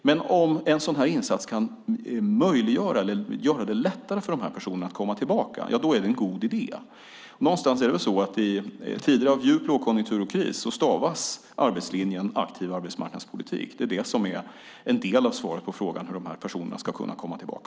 Men om en sådan här insats kan göra det lättare för dem att komma tillbaka är det en god idé. I tider av djup lågkonjunktur och kris stavas arbetslinjen aktiv arbetsmarknadspolitik. Det är en del av svaret på frågan hur de här personerna ska kunna komma tillbaka.